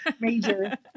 major